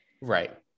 Right